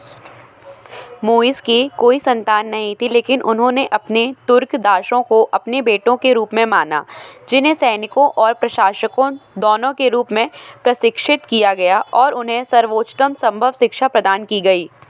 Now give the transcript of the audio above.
मुइज़ की कोई संतान नहीं थी लेकिन उन्होंने अपने तुर्क दासों को अपने बेटों के रूप में माना जिन्हें सैनिकों और प्रशासकों दोनों के रूप में प्रशिक्षित किया गया और उन्हें सर्वोत्तम सम्भव शिक्षा प्रदान की गई